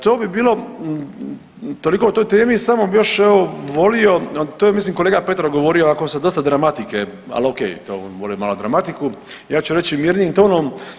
To bi bilo toliko o toj temi, samo bi još evo volio to je mislim kolega Petrov govorio ovako sa dosta gramatike, ali ok, on voli malo dramatiku, ja ću reći mirnijim tonom.